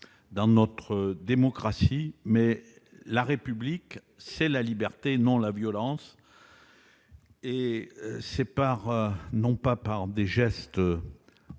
dans notre démocratie, mais la République, c'est la liberté et non la violence. C'est non par des gestes